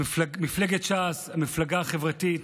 מפלגת ש"ס היא מפלגה חברתית,